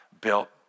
built